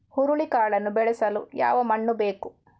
ಹುರುಳಿಕಾಳನ್ನು ಬೆಳೆಸಲು ಯಾವ ಮಣ್ಣು ಬೇಕು?